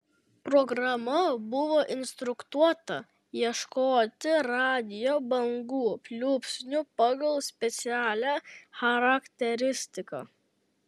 programa buvo instruktuota ieškoti radijo bangų pliūpsnių pagal specialią charakteristiką